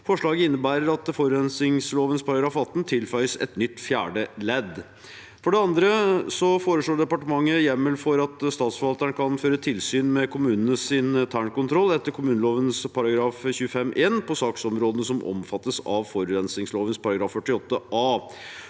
Forslaget innebærer at forurensningsloven § 18 tilføyes et nytt fjerde ledd. For det andre foreslår departementet hjemmel for at statsforvalteren kan føre tilsyn med kommunenes internkontroll etter kommuneloven § 25-1 på saksområ dene som omfattes av forurensningsloven § 48 a.